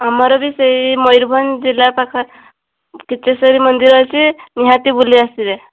ଆମର ଭି ସେଇ ମୟୁରଭଂଜ ଜିଲ୍ଲା ପାଖା କିଚକଶ୍ୱରୀ ମନ୍ଦିର ଅଛି ନିହାତି ବୁଲିଆସିବେ